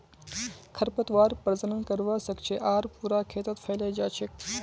खरपतवार प्रजनन करवा स ख छ आर पूरा खेतत फैले जा छेक